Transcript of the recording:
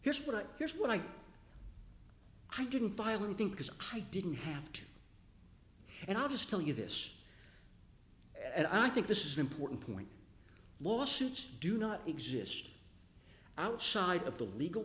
here's what here's what i i didn't file and think because i didn't have to and i'll just tell you this and i think this is an important point lawsuits do not exist outside of the legal